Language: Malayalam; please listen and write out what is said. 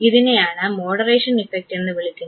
ഇതിനെയാണ് മോഡറേഷൻ ഇഫക്ട് എന്ന് വിളിക്കുന്നത്